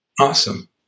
awesome